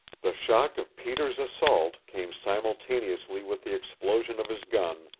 the shock of peter's assault came simultaneously with the explosion of his gun,